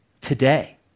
today